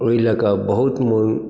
ओहि लऽ कऽ बहुत मन